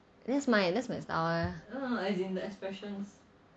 that's mine that's my style ah